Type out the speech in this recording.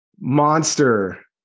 Monster